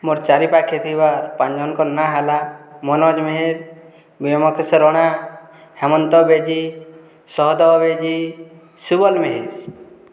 ମୋର ଚାରିପାଖେ ଥିବା ପାଞ୍ଚଜଣଙ୍କ ନାଁ ହେଲା ମନୋଜ ମେହେର ଭୀମକେଶର ରଣା ହେମନ୍ତ ବେଜି ସହଦେବ ବେଦି ଶୁବଲ ମେହେର